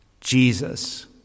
Jesus